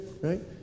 right